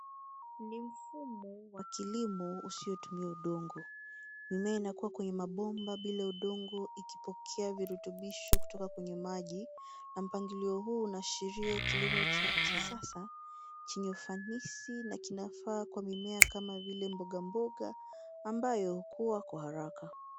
Ni mfumo wa kilimo usiyotumia udongo. Mimea inakuwa kwenye mabomba bila udongo ikipokea virutubisho kutoka kwenye maji na mpangilio huu unaashiria kilimo cha kisasa, chenye ufanisi na kinafaa kwa mimea kama vile mboga mboga, ambayo hukua kwa haraka.